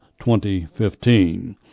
2015